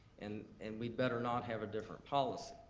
and and we better not have a different policy.